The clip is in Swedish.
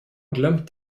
glömt